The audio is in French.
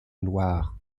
loire